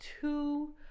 two